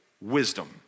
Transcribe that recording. wisdom